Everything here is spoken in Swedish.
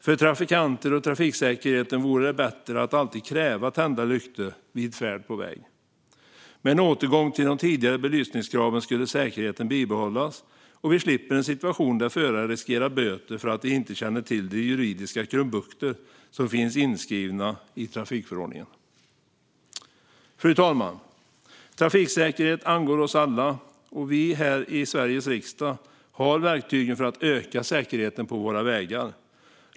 För trafikanter och trafiksäkerheten vore det bättre att alltid kräva tända lyktor vid färd på väg. Med en återgång till de tidigare belysningskraven skulle säkerheten bibehållas, och vi skulle slippa en situation där förare riskerar böter för att de inte känner till de juridiska krumbukter som finns inskrivna i trafikförordningen. Fru talman! Trafiksäkerhet angår oss alla, och vi här i Sveriges riksdag har verktygen för att öka säkerheten på våra vägar.